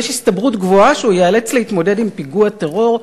יש הסתברות גבוהה שהוא ייאלץ להתמודד עם פיגוע טרור,